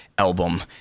album